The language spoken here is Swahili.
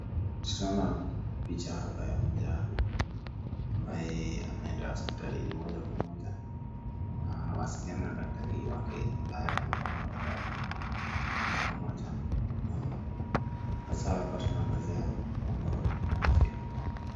Tunaona picha hapa ya mja ambaye ameenda hospitalini moja kwa moja na anawasiliana na daktari wake ambaye atampa mawaidha moja kwa moja na hasa hapa tunaangazia mambo ya afya.